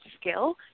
skill